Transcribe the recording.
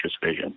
Vision